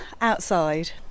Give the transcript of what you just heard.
outside